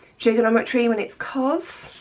trigonometry when it's cos